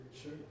sure